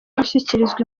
gushyikirizwa